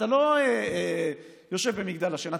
אתה לא יושב במגדל השן.